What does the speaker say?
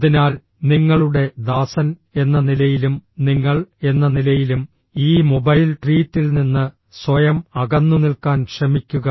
അതിനാൽ നിങ്ങളുടെ ദാസൻ എന്ന നിലയിലും നിങ്ങൾ എന്ന നിലയിലും ഈ മൊബൈൽ ട്രീറ്റിൽ നിന്ന് സ്വയം അകന്നുനിൽക്കാൻ ശ്രമിക്കുക